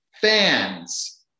fans